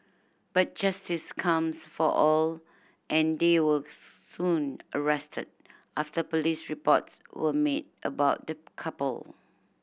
but justice comes for all and they were soon arrested after police reports were made about the couple